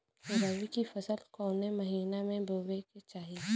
रबी की फसल कौने महिना में बोवे के चाही?